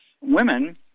women